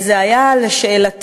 זה היה לשאלתי,